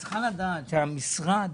את צריכה לדעת שהמשרד